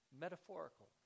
metaphorical